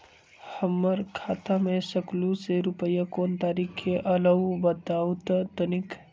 हमर खाता में सकलू से रूपया कोन तारीक के अलऊह बताहु त तनिक?